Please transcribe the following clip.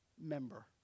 member